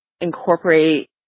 incorporate